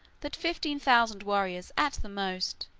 that fifteen thousand warriors, at the most,